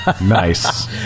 Nice